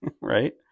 right